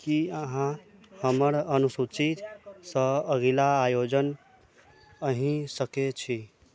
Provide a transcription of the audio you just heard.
की अहाँ हमर अनुसूचीसँ अगिला आयोजन अही सकै छी